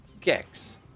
Gex